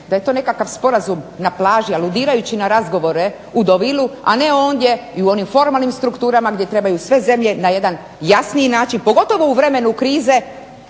da je to nekakav sporazum na plaži, aludirajući na razgovore u Deauvilleu a ne ondje i u onim formalnim strukturama gdje trebaju sve zemlje na jedan jasniji način pogotovo u vremenu krize